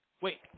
Wait